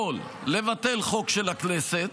יכול לבטל חוק של הכנסת,